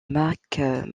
mac